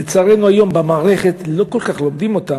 לצערנו היום במערכת לא כל כך לומדים אותם,